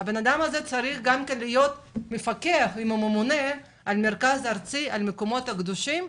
הבן אדם הזה צריך להיות מפקח עם הממונה על המרכז הארצי למקומות הקדושים,